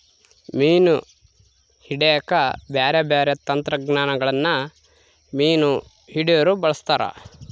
ಮೀನು ಹಿಡೆಕ ಬ್ಯಾರೆ ಬ್ಯಾರೆ ತಂತ್ರಗಳನ್ನ ಮೀನು ಹಿಡೊರು ಬಳಸ್ತಾರ